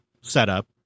setup